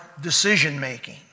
decision-making